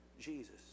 Jesus